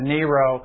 Nero